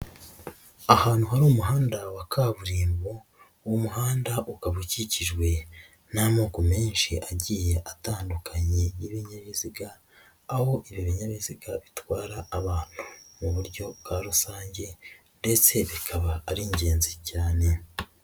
Ahantu hari umuhanda wa kaburimbo uwo muhanda ukaba ukikijwe n'amoko menshi agiye atandukanye y'ibinyabiziga, aho ibi binyabiziga bitwara abantu mu buryo bwa rusange ndetse bikaba ari ingenzi cyane.